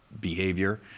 behavior